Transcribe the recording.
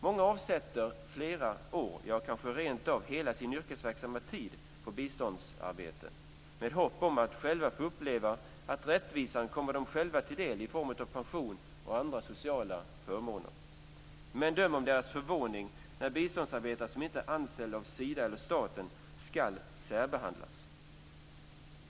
Många avsätter flera år, ja kanske rent av hela sin yrkesverksamma tid på biståndsarbete med hopp om att själva få uppleva att rättvisan kommer dem själva till del i form av pension och andra sociala förmåner. Men döm om deras förvåning när biståndsarbetare som inte är anställda av Sida eller staten ska särbehandlas.